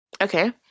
okay